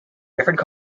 different